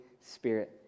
Spirit